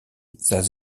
that